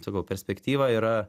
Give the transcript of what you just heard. sakau perspektyva yra